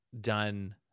done